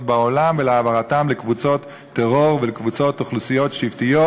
בעולם ולהעברתן לקבוצות טרור ולקבוצות אוכלוסיות שבטיות,